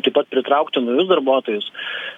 taip pat pritraukti naujus darbuotojus